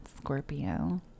Scorpio